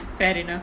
fair enough